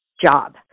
job